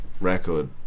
record